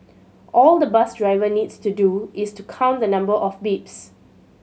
all the bus driver needs to do is to count the number of beeps